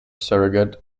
surrogate